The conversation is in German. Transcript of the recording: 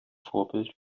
vorbild